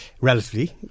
relatively